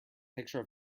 picture